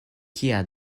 kia